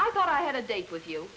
i thought i had a date with you